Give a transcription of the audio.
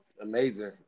Amazing